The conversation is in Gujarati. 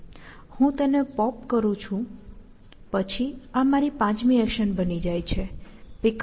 હું તેને પોપ કરું છું પછી આ મારી પાંચમી એક્શન બની જાય છે PickUp